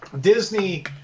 Disney